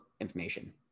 information